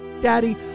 daddy